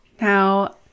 Now